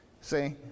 See